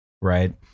right